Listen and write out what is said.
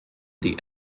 die